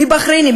מבחריינים,